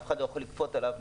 ואף אחד לא יכול לכפות את זה.